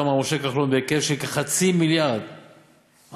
מר משה כחלון בהיקף של כחצי מיליארד שקל,